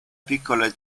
piccole